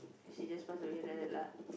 she just passed away like that lah